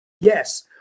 Yes